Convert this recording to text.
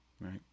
Right